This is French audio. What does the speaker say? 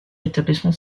établissement